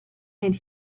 and